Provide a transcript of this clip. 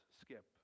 skip